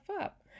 up